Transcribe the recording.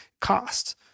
cost